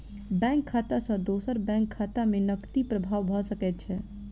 bank खाता सॅ दोसर बैंक खाता में नकदी प्रवाह भ सकै छै